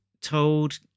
told